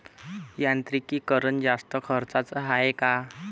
यांत्रिकीकरण जास्त खर्चाचं हाये का?